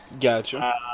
Gotcha